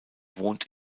wohnt